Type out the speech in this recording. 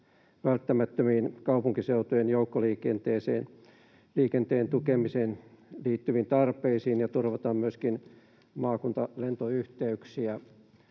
välttämättömiin kaupunkiseutujen joukkoliikenteen tukemiseen liittyviin tarpeisiin ja turvataan myöskin maakuntalentoyhteyksiä.